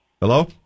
Hello